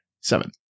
seven